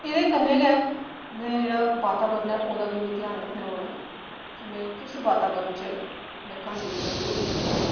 ऐह्दे कन्नै गै में जेह्ड़ा वातावरण ऐ ओह्दा बी में ध्यान रक्खने पौना ऐ कि में किस वातावरण च में क्हानी जेह्ड़ी ऐ कि ओह् लिखै दी आं